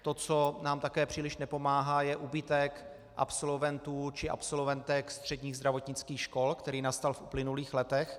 To, co nám také příliš nepomáhá, je úbytek absolventů či absolventek středních zdravotnických škol, který nastal v uplynulých letech.